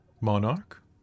Monarch